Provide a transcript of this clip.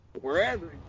Wherever